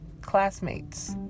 Classmates